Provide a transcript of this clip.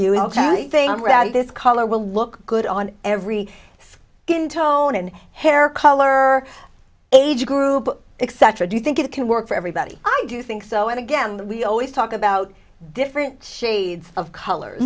this color will look good on every in tone and hair color age group except for do you think it can work for everybody i do think so and again we always talk about different shades of colors